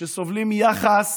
שסובלים מיחס